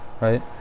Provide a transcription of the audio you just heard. right